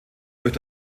durch